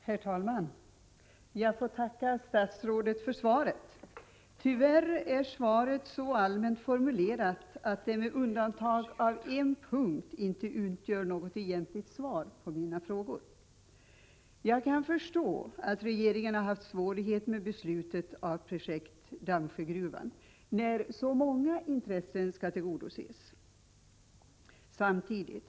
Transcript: Herr talman! Jag får tacka statsrådet för svaret. Tyvärr är svaret så allmänt formulerat att det - med undantag av en punkt - inte utgör något egentligt svar på mina frågor. Jag kan förstå att regeringen har haft svårigheter med beslutet om projekt Dammsjögruvan när så många intressen skall tillgodoses samtidigt.